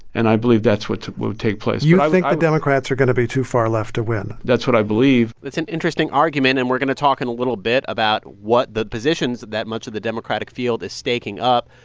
and i believe that's what will take place you and think the democrats are going to be too far left to win? that's what i believe it's an interesting argument. and we're going to talk in a little bit about what the positions that much of the democratic field is staking up.